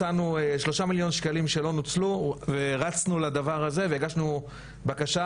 מצאנו שלושה מיליון שקלים שלא נוצלו ורצנו לדבר הזה והגשנו בקשה,